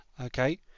Okay